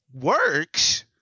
works